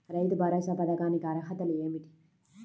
రైతు భరోసా పథకానికి అర్హతలు ఏమిటీ?